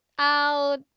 Out